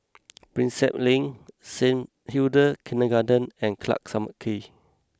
Prinsep Link Saint Hilda's Kindergarten and Clarke some key